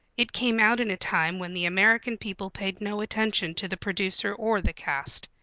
it came out in a time when the american people paid no attention to the producer or the cast.